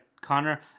Connor